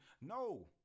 no